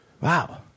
Wow